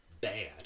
bad